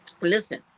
listen